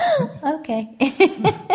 Okay